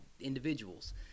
individuals